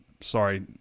sorry